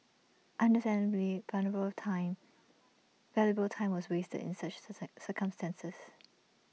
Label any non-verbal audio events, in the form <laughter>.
understandably valuable time valuable time was wasted in such <unintelligible> instances